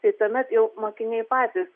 tai tuomet jau mokiniai patys